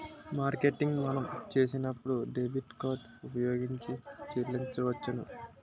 marketing మనం చేసినప్పుడు debit card ఉపయోగించి చెల్లించవచ్చును